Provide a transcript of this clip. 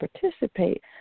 participate